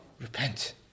repent